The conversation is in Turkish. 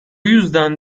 yüzden